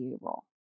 role